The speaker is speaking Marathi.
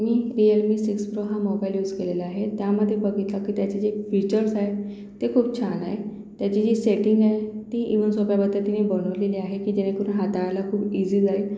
मी रिअलमी सिक्स प्रो हा मोबाईल यूस केलेला आहे त्यामध्ये बघितलं की त्याचे जे पिचर्स आहे ते खूप छान आहे त्याची जी सेटिंग आहे ती इव्हन सोप्या पद्धतीने बनवलेली आहे की जेणेकरून हाताळायला खूप इजी जाईल